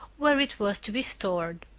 where it was to be stored.